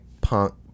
punk